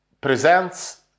presents